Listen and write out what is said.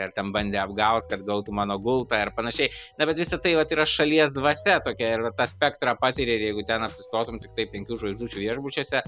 ar ten bandė apgaut kad gautų mano gultą ar panašiai na bet visa tai vat yra šalies dvasia tokia ir tą spektrą patiri ir jeigu ten atsistotum tiktai penkių žvaigždučių viešbučiuose